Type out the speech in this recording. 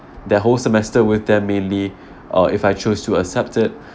that whole semester with them mainly uh if I choose to accept it